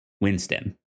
Winston